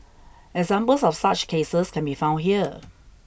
examples of such cases can be found here